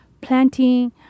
planting